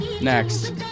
Next